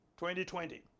2020